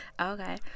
Okay